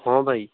ହଁ ଭାଇ